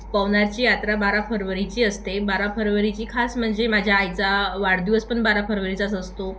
पवनारची यात्रा बारा फरवरीची असते बारा फरवरीची खास म्हणजे माझ्या आईचा वाढदिवस पण बारा फरवरीचाच असतो